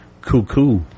Cuckoo